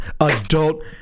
adult